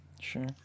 Sure